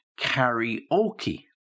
karaoke